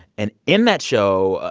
and in that show,